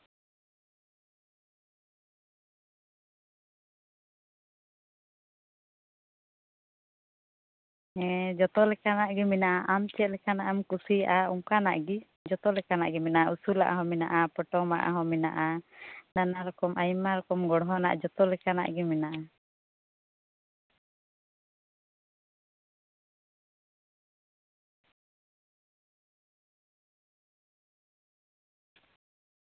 ᱦᱮᱸ ᱡᱚᱛᱚ ᱞᱮᱠᱟᱱᱟᱜ ᱜᱮ ᱢᱮᱱᱟᱜᱼᱟ ᱟᱢ ᱪᱮᱫ ᱞᱮᱠᱟᱱᱟᱜ ᱮᱢ ᱠᱩᱥᱤᱭᱟᱜᱼᱟ ᱚᱱᱠᱟᱱᱟᱜ ᱜᱮ ᱡᱷᱚᱛᱚ ᱞᱮᱠᱟᱱᱟᱜ ᱜᱮ ᱢᱮᱱᱟᱜᱼᱟ ᱩᱥᱩᱞᱟᱜ ᱦᱚᱸ ᱢᱮᱱᱟᱜᱼᱟ ᱯᱚᱴᱚᱢᱟᱜ ᱦᱚᱸ ᱢᱮᱱᱟᱜᱼᱟ ᱱᱟᱱᱟ ᱨᱚᱠᱚᱢ ᱟᱭᱢᱟ ᱨᱚᱠᱚᱢ ᱜᱚᱲᱦᱚᱱᱟᱜ ᱡᱚᱛᱚ ᱞᱮᱠᱟᱱᱟᱜ ᱜᱮ ᱢᱮᱱᱟᱜᱼᱟ